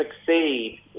succeed